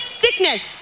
sickness